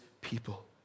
people